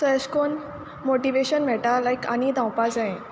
so एशे कोन्न motivation मेयटा लायक आनी धांवपा जाये